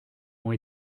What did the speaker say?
ont